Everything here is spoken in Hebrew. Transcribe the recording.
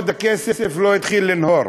הכסף עוד לא התחיל לנהור.